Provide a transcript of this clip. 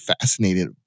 fascinated